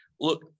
look